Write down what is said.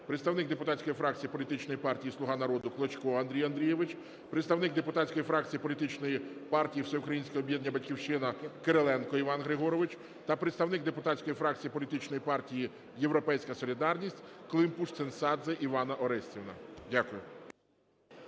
представник депутатської фракції політичної партії "Слуга народу" Клочко Андрій Андрійович, представник депутатської фракції політичної партії "Всеукраїнське об'єднання "Батьківщина" Кириленко Іван Григорович та представник депутатської фракції політичної партії "Європейська солідарність" Климпуш-Цинцадзе Іванна Орестівна. Дякую.